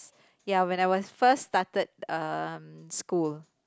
ya when I was first started um school